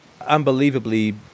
unbelievably